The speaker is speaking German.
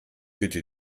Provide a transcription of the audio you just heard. bitte